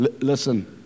listen